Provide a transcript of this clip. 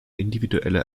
individuelle